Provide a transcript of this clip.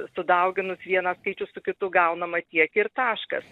sudauginus vieną skaičių su kitu gaunama tiek ir taškas